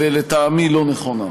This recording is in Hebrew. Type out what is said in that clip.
ולטעמי, לא נכונה.